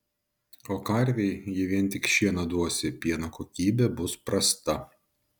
o karvei jei vien tik šieną duosi pieno kokybė bus prasta